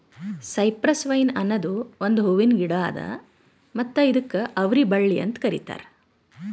cypress vine ಅನದ್ ಒಂದು ಹೂವಿನ ಗಿಡ ಅದಾ ಮತ್ತ ಇದುಕ್ ಅವರಿ ಬಳ್ಳಿ ಅಂತ್ ಕರಿತಾರ್